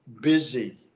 busy